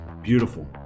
beautiful